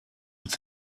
with